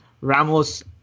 Ramos